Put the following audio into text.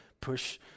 push